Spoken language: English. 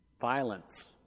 Violence